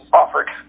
offered